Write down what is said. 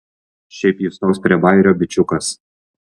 šiaip jis toks prie bajerio bičiukas